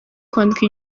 kwandika